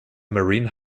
marine